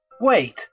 Wait